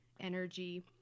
Energy